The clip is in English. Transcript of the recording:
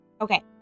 Okay